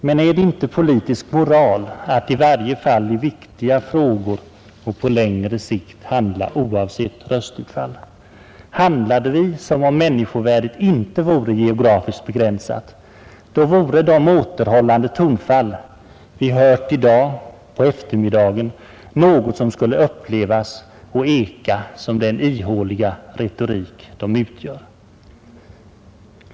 Men är det inte politisk moral att i varje fall i viktiga frågor och på längre sikt handla oavsett röstutfallet? Handlade vi som om människovärdet inte vore geografiskt begränsat, då vore de återhållande tonfall vi hört i dag på eftermiddagen något som skulle upplevas och eka som den ihåliga retorik de utgör.